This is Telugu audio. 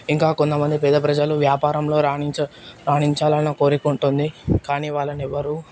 ఇంకా కొంతమంది పేద ప్రజలు వ్యాపారంలో రాణించా రాణించాలని కోరుకుంటుంది కానీ వాళ్ళనెవరు